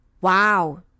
Wow